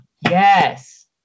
yes